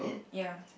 ya